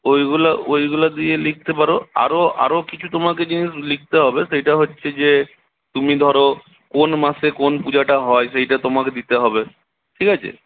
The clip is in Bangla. ওইগুলা ওইগুলা দিয়ে লিখতে পারো আরও আরও কিছু তোমাকে জিনিস লিখতে হবে সেইটা হচ্ছে যে তুমি ধরো কোন মাসে কোন পূজাটা হয় সেইটা তোমাকে দিতে হবে ঠিক আছে